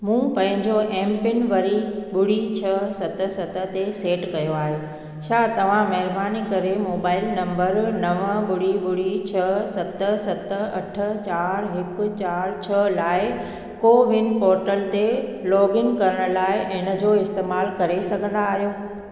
मूं पंहिंजो एमपिन वरी ॿुड़ी छ्ह सत सत ते सेट कयो आहे छा तव्हां महिरबानी करे मोबाइल नंबर नवं ॿुड़ी ॿुड़ी छ्ह सत सत अठ चार हिकु चार छ्ह लाइ कोविन पोर्टल ते लोगइन करण लाइ इन जो इस्तेमालु करे सघंदा आहियो